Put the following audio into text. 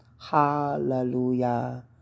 hallelujah